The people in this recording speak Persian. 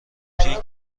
پیک